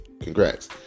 Congrats